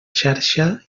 xarxa